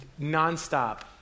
nonstop